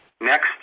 Next